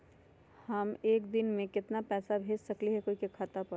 हम एक दिन में केतना पैसा भेज सकली ह कोई के खाता पर?